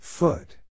Foot